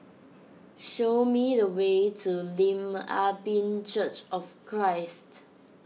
show me the way to Lim Ah Pin Church of Christ